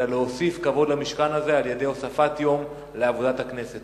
אלא יש להוסיף כבוד למשכן הזה על-ידי הוספת יום לעבודת הכנסת.